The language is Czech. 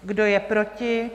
Kdo je proti?